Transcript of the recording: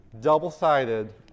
double-sided